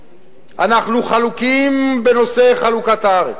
אנחנו חלוקים בנושא חלוקת הארץ,